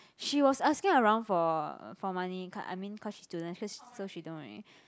she was asking around for for money ca~ I mean cause she student cause so she don't worry